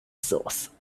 sauce